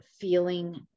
feeling